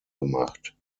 gemacht